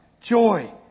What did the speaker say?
joy